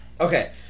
okay